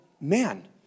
man